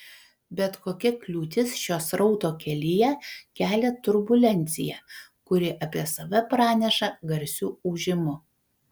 bet kokia kliūtis šio srauto kelyje kelia turbulenciją kuri apie save praneša garsiu ūžimu